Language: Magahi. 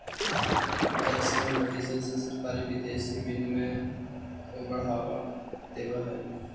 टैक्स कंपटीशन से सरकारी विदेशी निवेश के बढ़ावा देवऽ हई